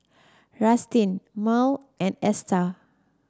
Rustin Mearl and Esta